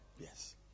yes